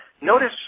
notice